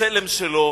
הצלם שלו